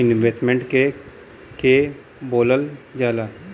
Investment के के बोलल जा ला?